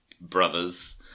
brothers